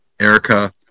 Erica